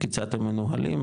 כיצד הם מנוהלים,